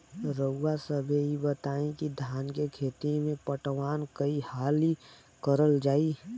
रउवा सभे इ बताईं की धान के खेती में पटवान कई हाली करल जाई?